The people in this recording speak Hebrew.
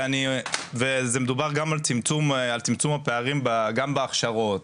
וזה מדובר גם על צמצום הפערים גם בהכשרות,